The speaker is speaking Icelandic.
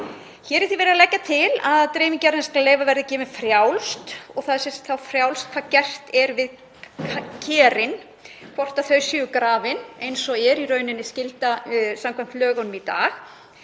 Hér er því verið að leggja til að dreifing jarðneskra leyfa verði gefin frjáls og það sé þá frjálst hvað gert er við kerin, hvort þau séu grafin eins og er í raun skylda samkvæmt lögunum í dag.